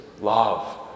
love